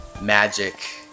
magic